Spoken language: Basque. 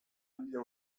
mila